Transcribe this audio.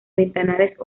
ventanales